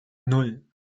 nan